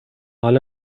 حالا